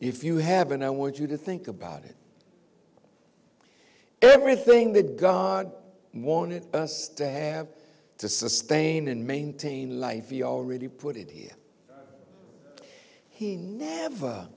if you haven't i want you to think about it everything that god wanted us to have to sustain and maintain life y'all really put it here he never